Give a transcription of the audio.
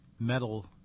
metal